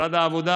משרד העבודה,